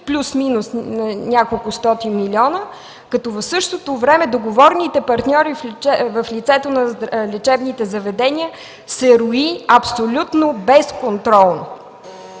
плюс-минус няколкостотин милиона, като в същото време договорните партньори в лицето на лечебните заведения се роят абсолютно безконтролно.